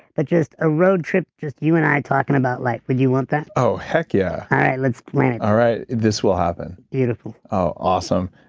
but just a road trip. just you and i talking about life, would you want that? heck yeah all right, let's plan it all right, this will happen beautiful ah awesome.